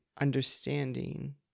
understanding